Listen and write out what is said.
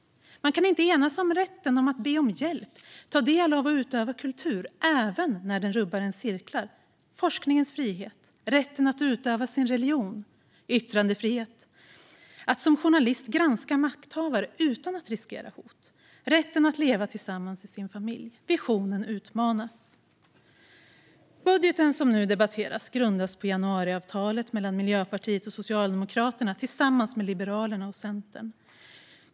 Man kan inte enas om rätten att be om hjälp, att ta del av och utöva kultur, även om den rubbar ens cirklar, forskningens frihet, rätten att utöva sin religion, yttrandefrihet, att som journalist granska makthavare utan att riskera hot och rätten att leva tillsammans i sin familj. Visionen utmanas. Den budget som nu debatteras grundas på januariavtalet mellan Miljöpartiet och Socialdemokraterna tillsammans med Liberalerna och Centern.